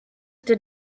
the